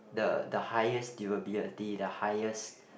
the the highest deal be the highest